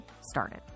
started